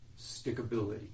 stickability